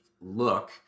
look